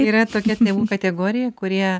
yra tokia tėvų kategorija kurie